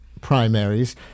primaries